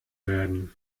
werden